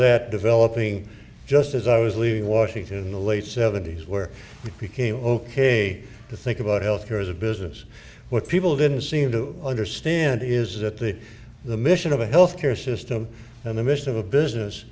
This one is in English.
that developing just as i was leaving washington in the late seventy's where became ok to think about health care as a business what people didn't seem to understand is that the the mission of a health care system in the midst of a business